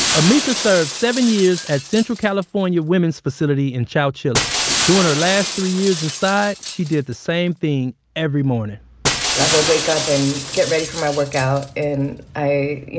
amika served seven years at central california women's facility in chowchilla during her last three years inside, she did the same thing every morning i will wake up and get ready for my workout and i,